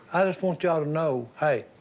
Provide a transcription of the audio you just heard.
i just want y'all to know, hey,